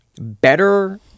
better